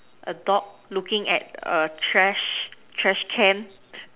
a dog looking at a trash trash can